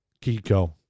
Kiko